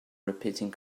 repeating